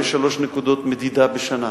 ויש שלוש נקודות מדידה בשנה,